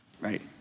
Right